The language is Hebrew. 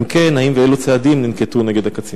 2. אם כן, האם ננקטו צעדים נגד הקצין